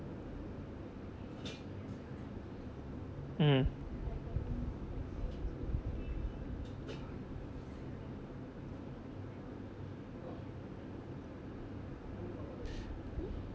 mm